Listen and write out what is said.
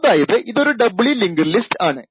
അതായത് ഇതൊരു doubly linked list ആണ്